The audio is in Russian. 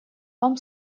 вам